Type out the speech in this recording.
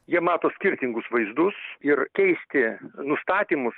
jie mato skirtingus vaizdus ir keisti nustatymus